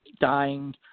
dying